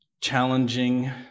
challenging